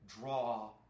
draw